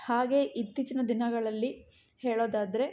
ಹಾಗೆ ಇತ್ತೀಚಿನ ದಿನಗಳಲ್ಲಿ ಹೇಳೋದಾದರೆ